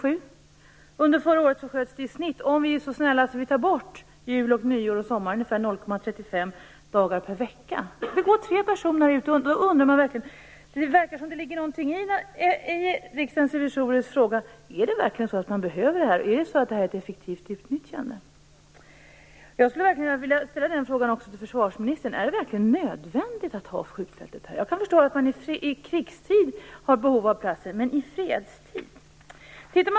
Under förra året sköts det i genomsnitt - om vi är så snälla att vi räknar bort jul, nyår och sommar - ungefär 0,35 dagar per vecka. Det verkar som om Riksdagens revisorers fråga om skjutfältet utnyttjas effektivt är befogad. Jag skulle skulle vilja fråga försvarsministern om det verkligen är nödvändigt att ha skjutfältet här. Jag kan förstå att man i krigstid har behov av platsen, men i fredstid?